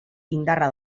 indarra